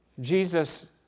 Jesus